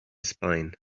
spine